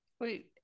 Wait